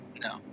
no